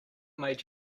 made